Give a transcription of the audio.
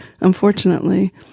unfortunately